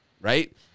right